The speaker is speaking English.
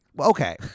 Okay